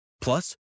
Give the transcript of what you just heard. Plus